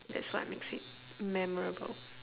that's what makes it memorable